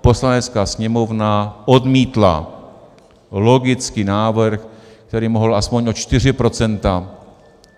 Poslanecká sněmovna odmítla logicky návrh, který mohl alespoň o 4 %